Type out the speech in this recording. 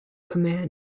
command